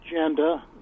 agenda